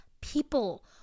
people